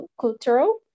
cultural